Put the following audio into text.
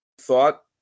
thought